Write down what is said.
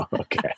okay